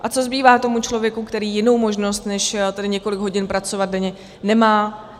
A co zbývá tomu člověku, který jinou možnost než několik hodin pracovat denně nemá?